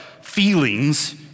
feelings